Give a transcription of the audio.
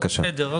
בסדר.